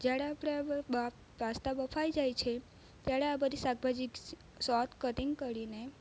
જ્યાડે આપણે આ બા પાસ્તા બફાઈ જાય છે ત્યાડે આ બધી શાકભાજી શોર્ટ કટિંગ કરીને